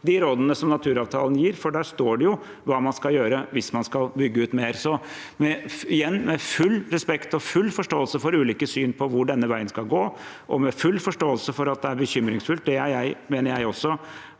de rådene som naturavtalen gir, for der står det hva man skal gjøre hvis man skal bygge ut mer. Igjen: Med full respekt og full forståelse for ulike syn på hvor denne veien skal gå, og med full forståelse for at det er bekymringsfullt å gripe inn